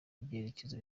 byerekezo